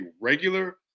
regular